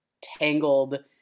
Tangled